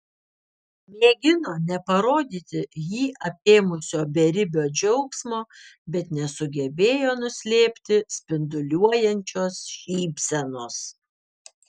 mėgino neparodyti jį apėmusio beribio džiaugsmo bet nesugebėjo nuslėpti spinduliuojančios šypsenos